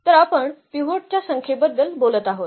तर आपण पिव्होट च्या संख्येबद्दल बोलत आहोत